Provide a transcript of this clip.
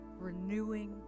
renewing